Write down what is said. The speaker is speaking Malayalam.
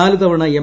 നാല് തവണ എം